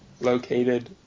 Located